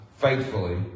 faithfully